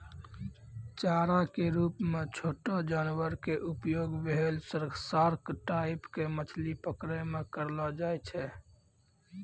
चारा के रूप मॅ छोटो जानवर के उपयोग व्हेल, सार्क टाइप के मछली पकड़ै मॅ करलो जाय छै